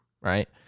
Right